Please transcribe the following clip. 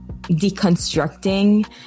deconstructing